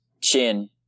chin